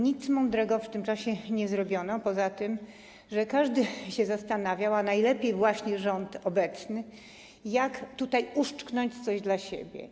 Nic mądrego w tym czasie nie zrobiono poza tym, że każdy się zastanawiał, a najlepiej właśnie obecny rząd, jak tutaj uszczknąć coś dla siebie.